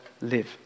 live